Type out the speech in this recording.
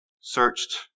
searched